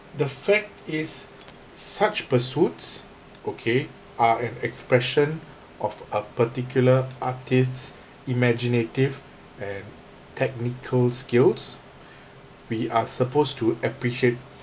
the fact is such pursuits okay are an expression of a particular artist's imaginative and technical skills we are supposed to appreciate